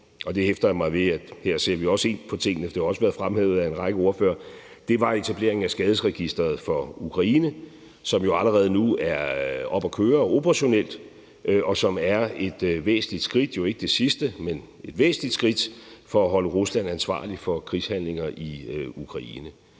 det er også blevet fremhævet af en række ordførere – var etableringen af skadesregistreret for Ukraine, som jo allerede nu er oppe at køre operationelt, og som ikke er det sidste skridt, men et væsentligt skridt for at holde Rusland ansvarlig for krigshandlinger i Ukraine.